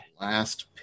Last